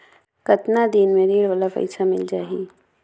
कतना दिन मे ऋण वाला पइसा मिल जाहि?